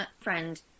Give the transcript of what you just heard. friend